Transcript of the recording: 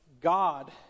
God